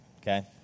Okay